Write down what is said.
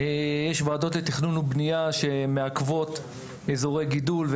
יש וועדות לתכנון ובנייה שמעכבות אזורי גידול,